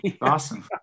awesome